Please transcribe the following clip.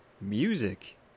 music